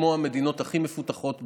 כמו המדינות הכי מפותחות בעולם,